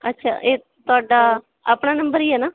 ਅੱਛਾ ਇਹ ਤੁਹਾਡਾ ਆਪਣਾ ਨੰਬਰ ਹੀ ਹੈ ਨਾ